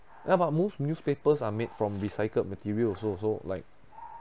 ya but most newspapers are made from recycled materials also so like